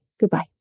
Goodbye